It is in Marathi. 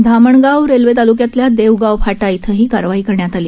धामणगाव रेल्वे तालुक्यातील देवगाव फाटा इथं ही कारवाई करण्यात आली